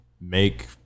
make